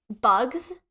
bugs